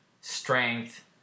strength